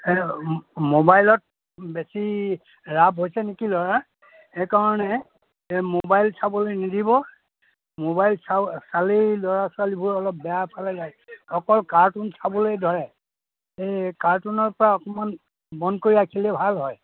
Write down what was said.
মোবাইলত বেছি ৰাপ হৈছে নেকি ল'ৰা সেইকাৰণে মোবাইল চাবলৈ নিদিব মোবাইল চাও চালেই ল'ৰা ছোৱালীবোৰ অলপ বেয়া ফালে যায় অকল কাৰ্টুন চাবলৈ ধৰে এই কাৰ্টুনৰ পৰা অকণমান বন্ধ কৰি ৰাখিলে ভাল হয়